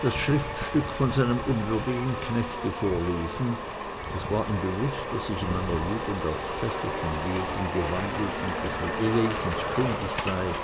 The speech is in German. das schriftstuck von seinem unwürdigen knechte vorlesen es war ihm bewußt daß ich in meiner jugend auf pfäffischen wegen gewandelt und des lesens kundig sei